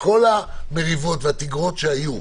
שכל המריבות והתגרות שהיו,